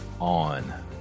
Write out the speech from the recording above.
on